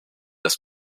ist